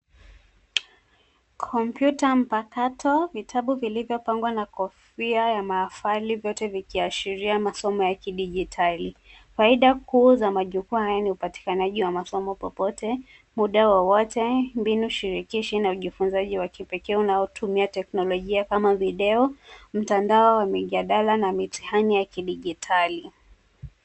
Kompyuta mpakato, vitabu vilivyopangwa na kofia ya mafali vyote vikiashiria masomo ya kidijitali. Faida kuu za majukwaa haya ni upatikanaji wa masomo popote, muda wowote, mbinu shirikishi na ujifunzaji wa kipekee unaotumia teknolojia kama video, mtandao wa mijadala na mitihani ya kidijitali.